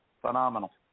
Phenomenal